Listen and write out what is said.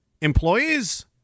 employees